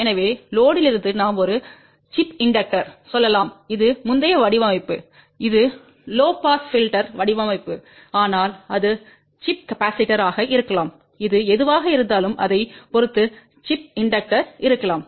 எனவே லோடுயிலிருந்து நாம் ஒரு சிப் இண்டக்டர் சொல்லலாம் இது முந்தைய வடிவமைப்பு இது லோ பாஸ் பில்டர் வடிவமைப்பு ஆனால் அது சிப் கெபாசிடர் ஆக இருக்கலாம் இது எதுவாக இருந்தாலும் அதைப் பொறுத்து சிப் இண்டக்டர் இருக்கலாம்